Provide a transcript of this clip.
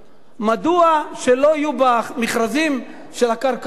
מדוע שלא יהיו במכרזים של הקרקעות,